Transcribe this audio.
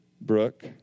Brooke